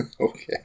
Okay